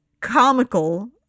comical